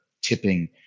tipping